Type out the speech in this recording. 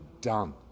done